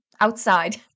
outside